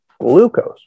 glucose